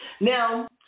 Now